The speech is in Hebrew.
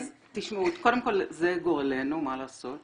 תשמעו, קודם כול זה גורלנו, מה לעשות.